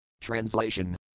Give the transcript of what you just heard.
Translation